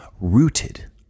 rooted